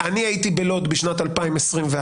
אני הייתי בלוד בשנת 2021,